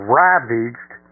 ravaged